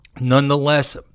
Nonetheless